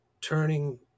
turning